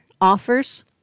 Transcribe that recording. offers